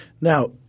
Now